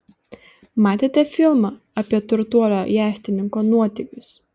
matėte filmą apie turtuolio jachtininko nuotykius